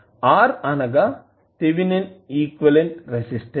R అనగా Thevenin equivalent resistance